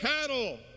cattle